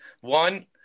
One